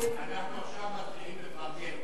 אנחנו עכשיו מתחילים לפרגן.